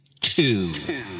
two